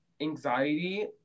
anxiety